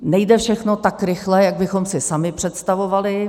Nejde všechno tak rychle, jak bychom si sami představovali.